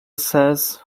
says